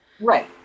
Right